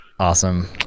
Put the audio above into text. Awesome